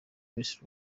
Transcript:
miss